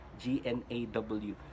G-n-a-w